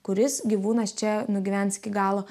kuris gyvūnas čia nugyvens iki galo